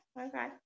okay